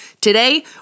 Today